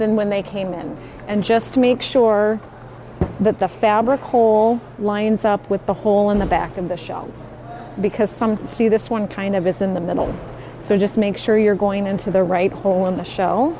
than when they came in and just make sure that the fabric or all lines up with the hole in the back of the shop because some see this one kind of is in the middle so just make sure you're going into the right hole in the show